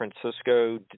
Francisco